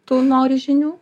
tu nori žinių